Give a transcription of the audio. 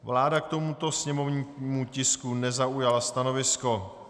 Vláda k tomuto sněmovnímu tisku nezaujala stanovisko.